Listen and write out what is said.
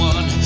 One